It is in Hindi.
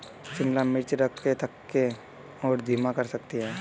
शिमला मिर्च रक्त के थक्के को धीमा कर सकती है